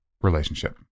relationship